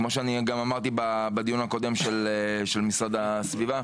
כמו שאני גם אמרתי בדיון הקודם של משרד הסביבה,